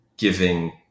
giving